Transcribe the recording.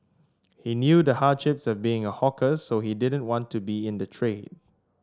he knew the hardships of being a hawker so he didn't want me to be in the trade